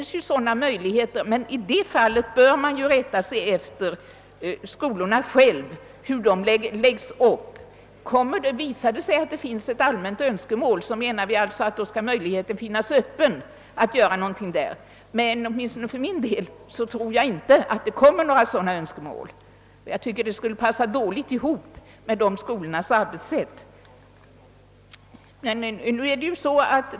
Sådana möjligheter finns, men i så fall bör man rätta sig efter hur de olika skolorna har lagt upp tidsschemat. Visar det sig att det finns ett allmänt önskemål om femdagarsvecka, anser vi att möjligheten skall hållas öppen. För min del tror jag inte att några sådana önskemål uppkommer. Det skulle passa dåligt ihop med sådana skolors arbetssätt.